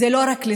לא, אני אומר,